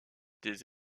des